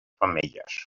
femelles